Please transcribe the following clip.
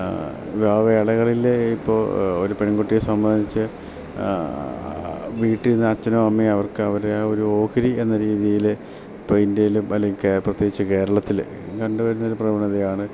ആ വേളകളിൽ ഇപ്പോൾ ഒരു പെൺകുട്ടിയെ സംബന്ധിച്ച് വീട്ടിന്ന് അച്ഛനും അമ്മയും അവർക്ക് അവർ ആ ഒരു ഓഹരി എന്ന രീതിയിൽ ഇപ്പം ഇൻഡ്യയിലും അല്ലെങ്കിൽ കേരളം പ്രത്യേകിച്ച് കേരളത്തിൽ കണ്ടുവരുന്ന ഒരു പ്രവണതയാണ്